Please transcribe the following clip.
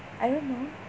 I don't know